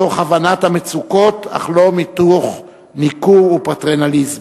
מתוך הבנת המצוקות, אך לא מתוך ניכור ופטרנליזם.